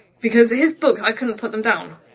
because his books, i couldn't put them down.